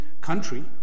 country